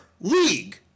league